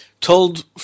told